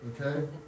okay